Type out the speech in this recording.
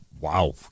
Wow